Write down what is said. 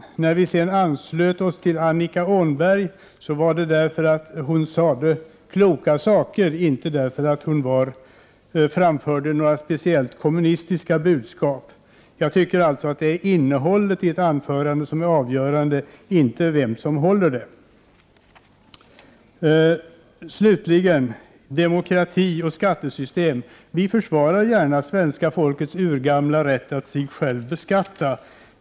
Anledningen till att vi instämde i Annika Åhnbergs uttalanden var att hon sade kloka ord, inte att hon framförde några speciellt kommunistiska budskap. Det är alltså innehållet i ett anförande som är avgörande, inte vem som håller anförandet. Slutligen något om demokratin och skattesystemet. Vi försvarar gärna svenska folkets urgamla rätt att sig självt beskatta.